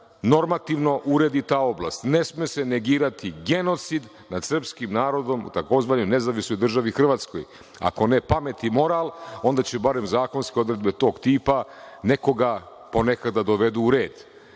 normativno uredi ta oblast. Ne sme se negirati genocid nad srpskim narodom u tzv. NDH. Ako ne pamet i moral, onda će barem zakonske odredbe tog tipa nekoga ponekada da dovedu u